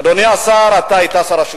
אדוני השר, אתה היית שר השיכון,